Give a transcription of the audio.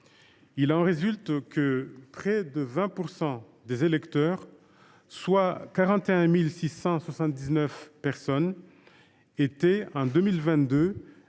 Il en résulte qu’en 2022 près de 20 % des électeurs, soit 41 679 personnes, étaient inscrits